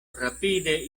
rapide